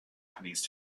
japanese